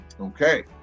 Okay